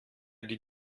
die